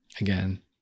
again